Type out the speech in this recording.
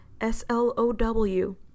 S-L-O-W